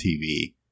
TV